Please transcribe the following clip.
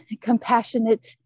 compassionate